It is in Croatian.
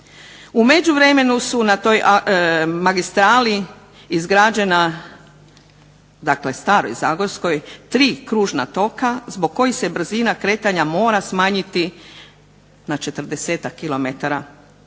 U međuvremenu su na toj magistrali izgrađena, dakle staroj zagorskoj, 3 kružna toka zbog kojih se brzina kretanja mora smanjiti na 40-ak